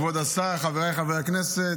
כבוד השר, חבריי חברי הכנסת,